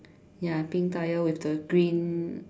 ya pink colour with the green